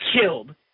killed